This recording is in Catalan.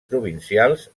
provincials